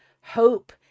Hope